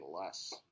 less